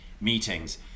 meetings